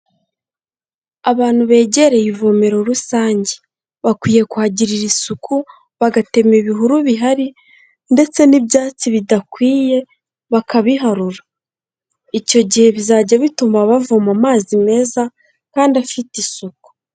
Abantu begereye ivomero rusange bakwiye kuhagirira isuku bagatema ibihuru bihari ndetse n'ibyatsi bidakwiye bakabiharura, icyo gihe bizajya bituma bavoma amazi meza kandi afite isuku.